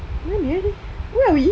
mana eh ni where are we